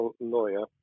lawyer